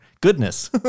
Goodness